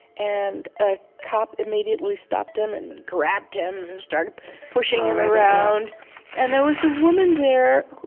and a cop immediately stopped him and grabbed him and started pushing him around and there was a woman there who